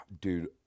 Dude